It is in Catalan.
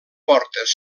portes